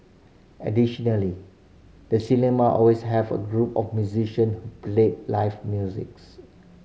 additionally the cinema always have a group of musician played live musics